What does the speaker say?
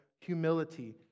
humility